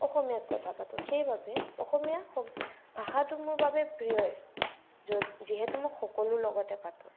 অসমীয়াত কথা পাতোঁ সেইবাবে অসমীয়া শব ভাষাটো মোৰ বাবে প্ৰিয়ই য'ত যিহেতু মোক সকলোৰে লগতে পাতোঁ